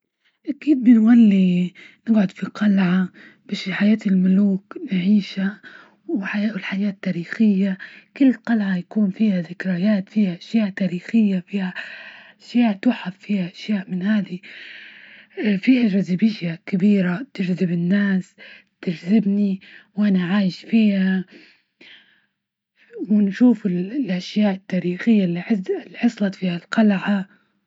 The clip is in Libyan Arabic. أكيد بنولي نقعد في قلعة، بشي حياة الملوك نعيشها والحياة- والحياة التاريخية، كل قلعة يكون فيها ذكريات، فيها أشياء تاريخية، فيها أشياء تحف، فيها أشياء من هذي، فيها جاذبية كبيرة تجذب الناس، تجذبني وأنا عايش فيها، ونشوف الأشياء التاريخية اللي حصلت في القلعة.